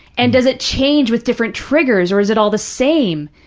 and does it change with different triggers or is it all the same,